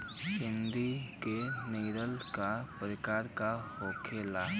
हिंदी की नस्ल का प्रकार के होखे ला?